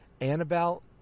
Annabelle